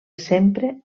sempre